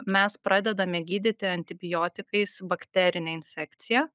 mes pradedame gydyti antibiotikais bakterinę infekciją